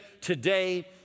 today